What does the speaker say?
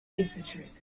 east